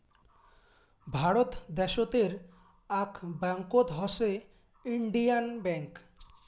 ভারত দ্যাশোতের আক ব্যাঙ্কত হসে ইন্ডিয়ান ব্যাঙ্ক